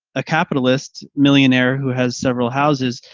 a capitalist millionaire, who has several houses,